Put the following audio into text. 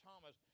Thomas